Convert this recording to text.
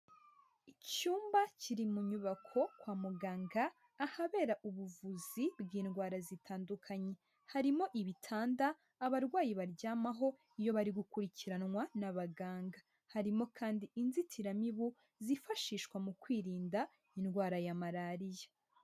Icyumba kiri mu nyubako kwa muganga ahabera ubuvuzi bw'indwara zitandukanye, harimo ibitanda abarwayi baryamaho iyo bari gukurikiranwa n'abaganga. Harimo kandi inzitiramibu zifashishwa mu kwirinda indwara ya malariya.